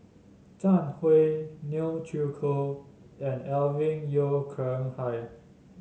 Zhang Hui Neo Chwee Kok and Alvin Yeo Khirn Hai